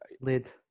Lid